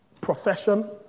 Profession